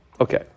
Okay